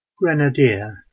Grenadier